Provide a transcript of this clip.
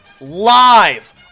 live